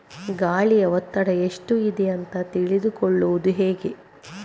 ಗಾಳಿಯ ಒತ್ತಡ ಎಷ್ಟು ಇದೆ ಅಂತ ತಿಳಿದುಕೊಳ್ಳುವುದು ಹೇಗೆ?